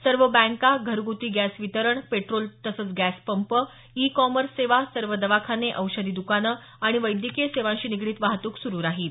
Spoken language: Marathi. सर्व बँका घरगुती गॅस वितरण पेट्रोल तसंच गॅस पंप ई कॉमर्स सेवा सर्व दवाखाने औषधी दकानं आणि वैद्यकीय सेवांशी निगडित वाहतुक सुरू राहील